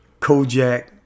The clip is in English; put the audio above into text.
Kojak